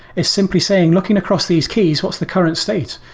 it's simply saying, looking across these keys, what's the current state?